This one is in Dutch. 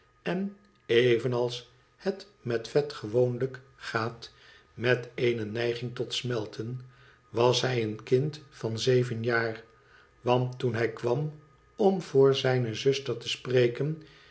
wordendeen evenals het met vet gewoonlijk gaat meteene neiging tot smelten twas hij een kind van zeven jaar want toen hij kwam om voor zijne zuster te spreken